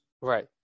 Right